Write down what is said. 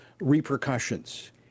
repercussions